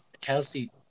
Kelsey